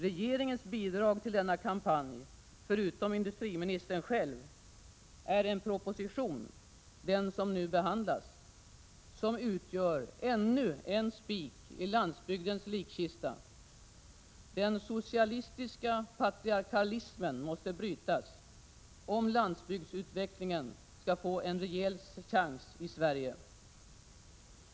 Regeringens bidrag till denna kampanj — förutom industriministern själv — är den proposition som nu behandlas, som utgör ännu en spik i landsbygdens likkista. Den socialistiska patriarkalismen måste brytas, om landsbygdsutvecklingen skall få en rejäl chans.